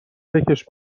بکـش